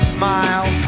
smile